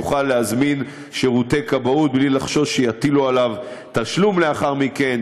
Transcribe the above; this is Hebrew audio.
יוכל להזמין שירותי כבאות בלי לחשוש שיטילו עליו תשלום לאחר מכן.